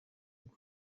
ingo